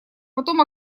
потом